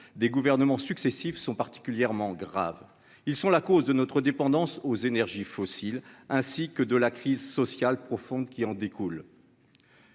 des gouvernements successifs sont particulièrement graves, ils sont la cause de notre dépendance aux énergies fossiles, ainsi que de la crise sociale profonde qui en découlent,